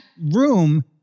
room